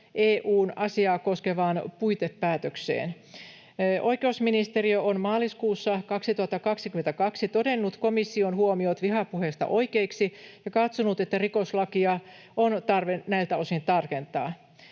EU:n asiaa koskevaan puitepäätökseen. Oikeusministeriö on maaliskuussa 2022 todennut komission huomiot vihapuheesta oikeiksi ja katsonut, että rikoslakia on tarve näiltä osin tarkentaa.